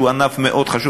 שהוא ענף מאוד חשוב,